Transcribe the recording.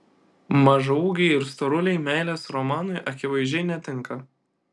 mažaūgiai ir storuliai meilės romanui akivaizdžiai netinka